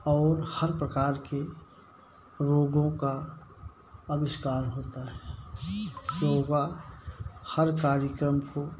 और हर प्रकार के रोगों का आविष्कार होता है तो वह हर कार्यक्रम को